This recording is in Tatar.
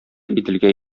иделгә